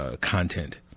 content